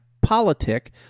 politic